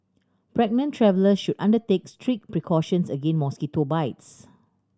pregnant travellers should undertake strict precautions against mosquito bites